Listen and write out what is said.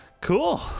cool